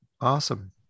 awesome